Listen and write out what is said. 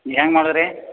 ಏನು ಮಾಡು ರೀ